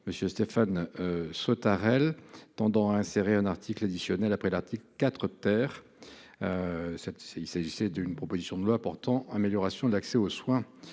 Monsieur Stéphane. Sautarel tendant à insérer un article additionnel après l'article IV. Cette. Il s'agissait d'une proposition de loi portant amélioration de l'accès aux soins.